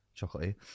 chocolatey